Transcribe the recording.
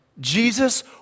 Jesus